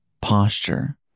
posture